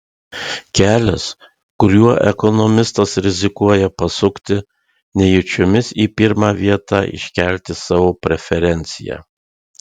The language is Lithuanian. kelias kuriuo ekonomistas rizikuoja pasukti nejučiomis į pirmą vietą iškelti savo preferenciją